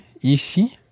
ici